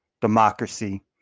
democracy